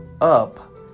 up